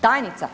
Tajnica?